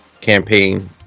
campaign